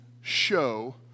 show